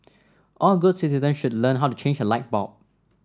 all good citizens should learn how to change a light bulb